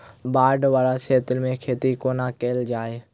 बाढ़ वला क्षेत्र मे खेती कोना कैल जाय?